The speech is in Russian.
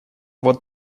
вот